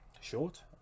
short